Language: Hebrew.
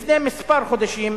לפני כמה חודשים,